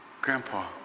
Grandpa